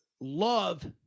love